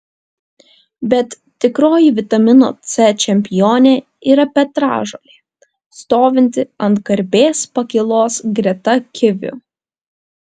bet tikroji vitamino c čempionė yra petražolė stovinti ant garbės pakylos greta kivių